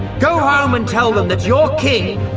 go home and tell them that your king,